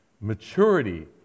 Maturity